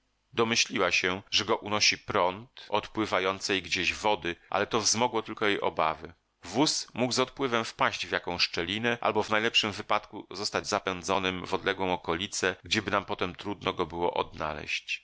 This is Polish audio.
domyśliła się że go unosi prąd odpływającej gdzieś wody ale to wzmogło tylko jej obawy wóz mógł z odpływem wpaść w jaką szczelinę albo w najlepszym wypadku zostać zapędzonym w odległą okolicę gdzieby nam potem trudno go było znaleść